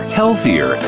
healthier